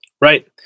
Right